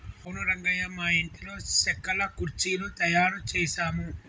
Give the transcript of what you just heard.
అవును రంగయ్య మా ఇంటిలో సెక్కల కుర్చీలు తయారు చేసాము